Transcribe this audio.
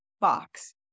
box